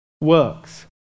works